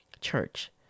Church